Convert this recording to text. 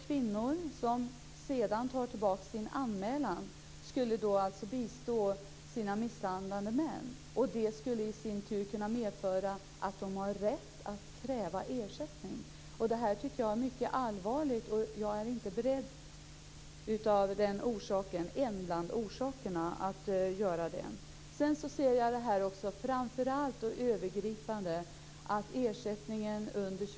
Kvinnor som senare tar tillbaka sin anmälan skulle ju då bistå sina misshandlande män. Det skulle i sin tur kunna medföra att dessa har rätt att kräva ersättning. Jag tycker att det här är mycket allvarligt och är därför - det är en av orsakerna - inte beredd att göra så som det här är fråga om. Jag ser detta framför allt på ett övergripande sätt.